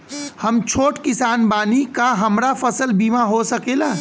हम छोट किसान बानी का हमरा फसल बीमा हो सकेला?